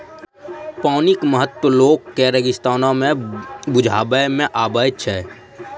पानिक महत्व लोक के रेगिस्ताने मे बुझबा मे अबैत छै